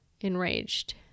enraged